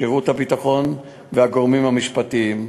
שירות הביטחון והגורמים המשפטיים.